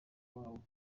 wawo